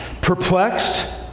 Perplexed